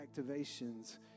activations